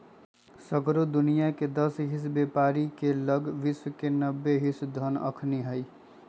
सगरो दुनियाँके दस हिस बेपारी के लग विश्व के नब्बे हिस धन अखनि हई